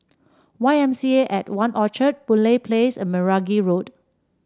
Y M C A At One Orchard Boon Lay Place and Meragi Road